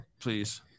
please